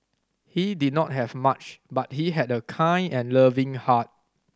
he did not have much but he had a kind and loving heart